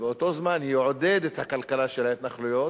ובאותו זמן יעודד את הכלכלה של ההתנחלויות,